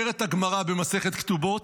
אומרת הגמרא במסכת כתובות,